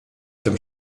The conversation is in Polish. tym